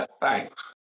Thanks